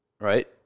right